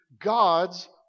God's